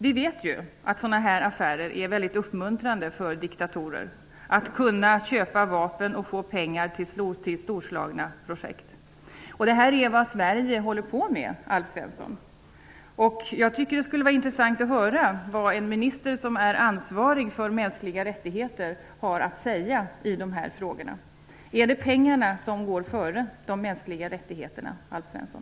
Vi vet ju att det är mycket uppmuntrande för diktatorer att kunna köpa vapen och få pengar till storslagna projekt. Detta är vad Sverige håller på med, Alf Svensson. Jag tycker att det skulle vara intressant att höra vad en minister som är ansvarig för de mänskliga rättigheterna har att säga i de här frågorna. Är det pengarna som går före de mänskliga rättigheterna, Alf Svensson?